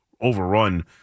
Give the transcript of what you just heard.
overrun